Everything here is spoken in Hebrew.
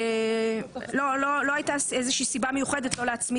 לא הייתה איזושהי סיבה מיוחדת שלא להצמיד